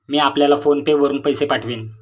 मी आपल्याला PhonePe वरुन पैसे पाठवीन